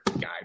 guy